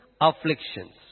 afflictions